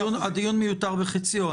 הדיון מיותר בחציו.